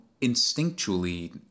instinctually